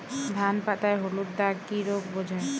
ধান পাতায় হলুদ দাগ কি রোগ বোঝায়?